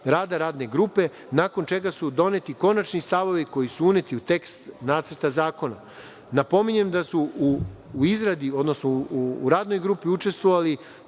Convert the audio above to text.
rada radne grupe, nakon čega su doneti konačni stavovi koji su uneti u tekst Nacrta zakona. Napominjem da su u izradi, odnosno u radnoj grupi učestvovali